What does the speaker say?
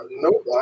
Nope